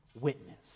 witness